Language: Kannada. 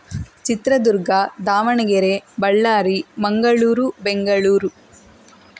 ಚಿತ್ರದುರ್ಗ ದಾವಣಗೆರೆ ಬಳ್ಳಾರಿ ಮಂಗಳೂರು ಬೆಂಗಳೂರು